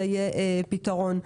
יהיה פתרון.